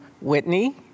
Whitney